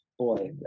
boy